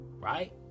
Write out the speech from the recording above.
right